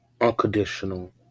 unconditional